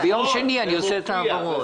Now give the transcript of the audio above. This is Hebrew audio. ביום שני אעשה את ההעברות.